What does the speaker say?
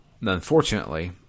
unfortunately